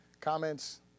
Comments